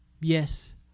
Yes